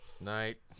Night